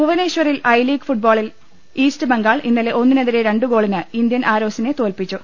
ഭുവനേശ്വറിൽ I League ഫുട്ബോളിൽ East Bengal ഇന്നലെ ഒന്നിനെതിരെ രണ്ടുഗോളിന് ഇന്ത്യൻ ആരോസിനെ തോൽപ്പിച്ചു